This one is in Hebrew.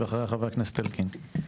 אחריה חבר הכנסת אלקין.